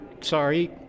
sorry